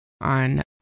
On